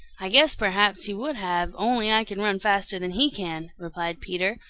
i guess perhaps he would have only i can run faster than he can, replied peter,